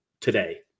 today